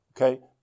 okay